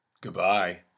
Goodbye